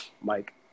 Mike